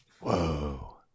Whoa